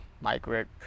migrant